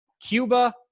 Cuba